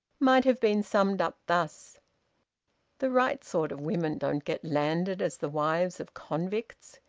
might have been summed up thus the right sort of women don't get landed as the wives of convicts.